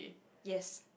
yes